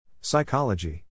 Psychology